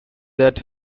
that